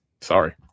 Sorry